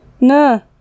No